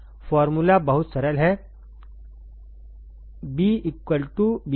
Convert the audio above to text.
formula बहुत सरल है Ib